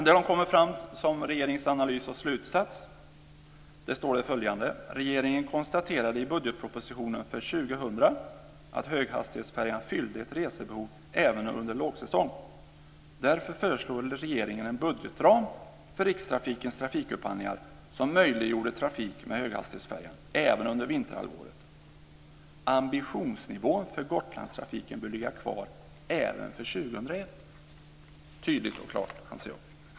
När det gäller regeringens analys och slutsats står det följande: Regeringen konstaterade i budgetpropositionen för 2000 att höghastighetsfärjan fyllde ett resebehov även under lågsäsong. Därför föreslår regeringen en budgetram för Rikstrafikens trafikupphandlingar som möjliggjorde trafik med höghastighetsfärjan även under vinterhalvåret. Ambitionsnivån för Gotlandstrafiken bör ligga kvar även för 2001. Det är tydligt och klart, anser jag.